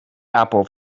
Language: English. apple